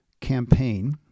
campaign